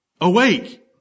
Awake